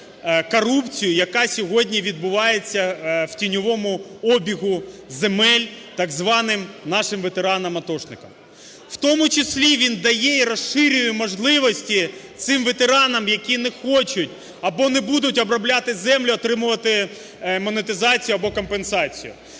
корупцію, яка сьогодні відбувається в тіньовому обігу земель так званим нашим ветеранам атошникам. В тому числі він дає і розширює можливості цим ветеранам, які не хочуть або не будуть обробляти землю, отримувати монетизацію або компенсацію.